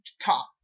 top